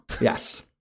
Yes